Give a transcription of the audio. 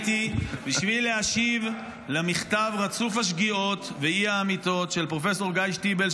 עליתי בשביל להשיב על מכתב רצוף השגיאות והאי-אמיתות של ד"ר גיא שטיבל,